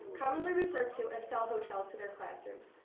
commonly referred to as cell hotels to their classrooms.